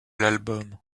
l’album